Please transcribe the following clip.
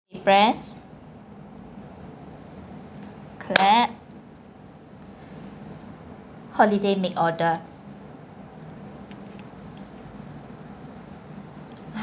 press clap holiday make order